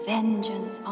Vengeance